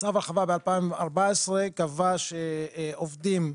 הרחבה בדבר קיצור שבוע העבודה במשק; התעריף השעתי,